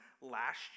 last